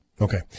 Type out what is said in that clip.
Okay